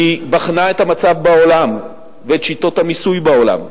היא בחנה את המצב בעולם ואת שיטות המיסוי בעולם.